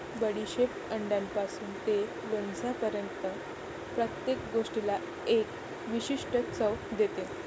बडीशेप अंड्यापासून ते लोणच्यापर्यंत प्रत्येक गोष्टीला एक विशिष्ट चव देते